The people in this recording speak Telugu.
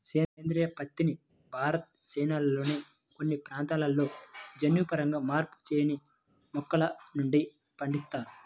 సేంద్రీయ పత్తిని భారత్, చైనాల్లోని కొన్ని ప్రాంతాలలో జన్యుపరంగా మార్పు చేయని మొక్కల నుండి పండిస్తారు